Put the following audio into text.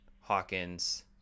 Hawkins